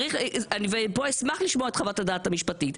אני אשמח לשמוע את חוות הדעת המשפטית,